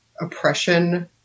oppression